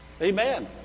Amen